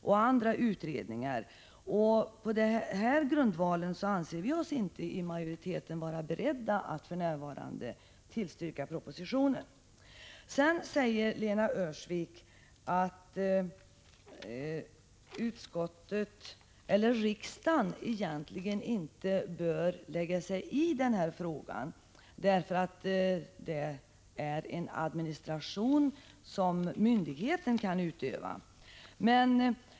På grundval av detta anser sig utskottsmajoriteten inte vara beredd att för närvarande tillstyrka propositionen. Lena Öhrsvik säger att riksdagen egentligen inte bör lägga sig i frågan, eftersom myndigheten kan handha denna administration.